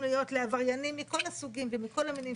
להיות לעבריינים מכל הסוגים ומכל המינים,